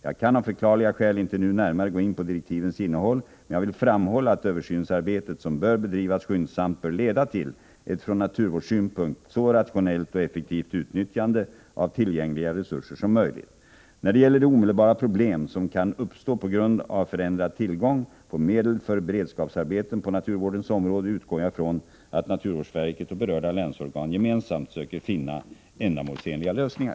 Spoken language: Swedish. Jag kan av förklarliga skäl inte nu närmare gå in på direktivens innehåll, men jag vill framhålla att översynsarbetet, som bör bedrivas skyndsamt, bör leda till ett från naturvårdssynpunkt så rationellt och effektivt utnyttjande av tillgängliga resurser som möjligt. När det gäller de omedelbara problem som kan uppstå på grund av förändrad tillgång på medel för beredskapsarbeten på naturvårdens område utgår jag från att naturvårdsverket och berörda länsorgan gemensamt söker finna ändamålsenliga lösningar.